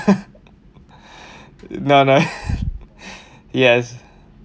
nah nah yes